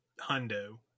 Hundo